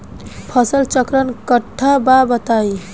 फसल चक्रण कट्ठा बा बताई?